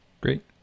Great